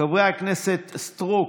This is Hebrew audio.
חברי הכנסת אורית סטרוק,